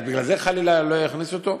בגלל זה חלילה לא יכניסו אותו.